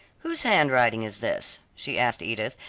whose handwriting is this? she asked edith,